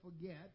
forget